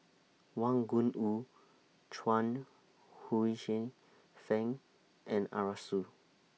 Wang Gungwu Chuang Fang and Arasu